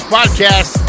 Podcast